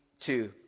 two